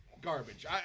garbage